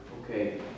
okay